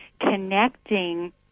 connecting